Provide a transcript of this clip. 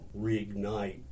reignite